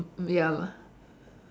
ya lah